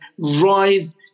rise